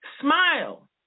Smile